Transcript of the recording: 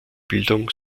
bildung